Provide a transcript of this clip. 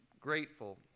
grateful